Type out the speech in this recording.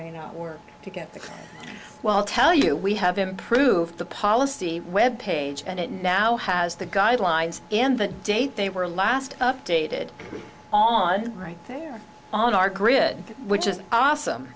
may not work to get the well tell you we have improved the policy web page and it now has the guidelines and the date they were last updated on right there on our grid which is awesome